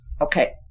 Okay